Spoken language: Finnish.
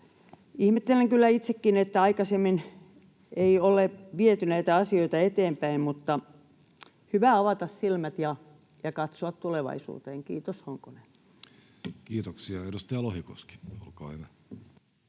ihmettelen kyllä itsekin, että aikaisemmin ei ole viety näitä asioita eteenpäin, mutta hyvä avata silmät ja katsoa tulevaisuuteen. Kiitos, Honkonen. Kiitoksia. — Edustaja Lohikoski, olkaa hyvä.